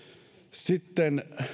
sitten